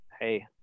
Hey